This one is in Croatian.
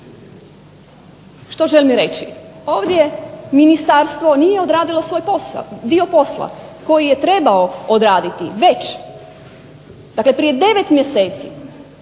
Što želim reći? Ovdje ministarstvo nije odradilo svoj posao, dio posla koji je trebao odraditi već. Dakle, prije 9 mjeseci